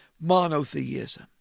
monotheism